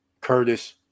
Curtis